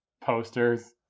posters